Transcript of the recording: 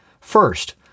First